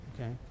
okay